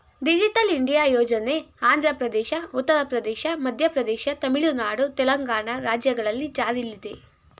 digital India ಯೋಜನೆ ಆಂಧ್ರಪ್ರದೇಶ, ಉತ್ತರ ಪ್ರದೇಶ, ಮಧ್ಯಪ್ರದೇಶ, ತಮಿಳುನಾಡು, ತೆಲಂಗಾಣ ರಾಜ್ಯಗಳಲ್ಲಿ ಜಾರಿಲ್ಲಿದೆ